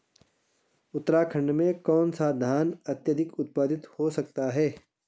उत्तराखंड में कौन सा धान अत्याधिक उत्पादित हो सकता है?